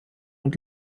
und